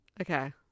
Okay